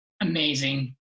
amazing